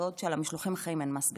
בעוד על המשלוחים החיים אין מס בכלל.